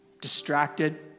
distracted